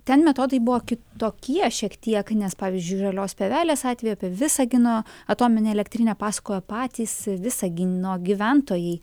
ten metodai buvo kitokie šiek tiek nes pavyzdžiui žalios pievelės atveju apie visagino atominę elektrinę pasakojo patys visagino gyventojai